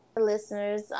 Listeners